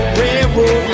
railroad